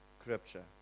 Scripture